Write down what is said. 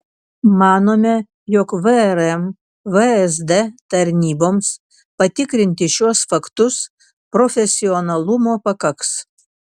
manome jog vrm vsd tarnyboms patikrinti šiuos faktus profesionalumo pakaks